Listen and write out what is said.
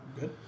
good